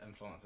influencers